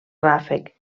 ràfec